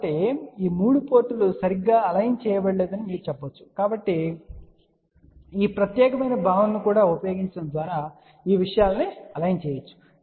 కాబట్టి ఈ 3 పోర్టులు సరిగ్గా అలైన్ చేయబడలేదని మీరు చెప్పవచ్చు కాబట్టి ఈ ప్రత్యేకమైన భావనను కూడా ఉపయోగించడం ద్వారా ఈ విషయాలను అలైన్ చేయవచ్చు